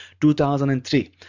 2003